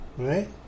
Right